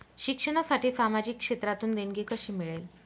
शिक्षणासाठी सामाजिक क्षेत्रातून देणगी कशी मिळेल?